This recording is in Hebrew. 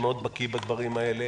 שמאוד בקי בדברים האלה,